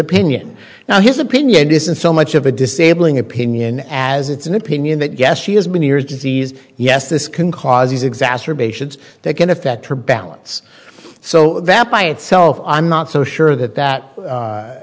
opinion now his opinion isn't so much of a disabling opinion as it's an opinion that yes she has been years disease yes this can cause exacerbations that can affect her balance so that by itself i'm not so sure that that